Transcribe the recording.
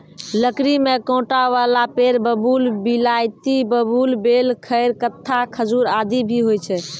लकड़ी में कांटा वाला पेड़ बबूल, बिलायती बबूल, बेल, खैर, कत्था, खजूर आदि भी होय छै